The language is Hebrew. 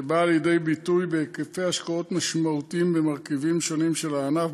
שבאה לידי ביטוי בהיקפי השקעות משמעותיים במרכיבים שונים של הענף,